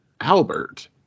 Albert